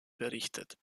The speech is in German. berichtet